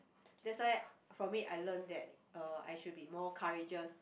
that's why for me I learn that uh I should be more courageous